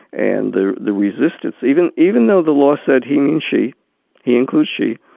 and the the resistance, even even though the law said he means she he includes she